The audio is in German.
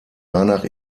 danach